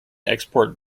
export